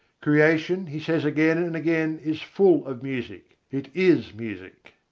creation, he says again and again, is full of music it is music.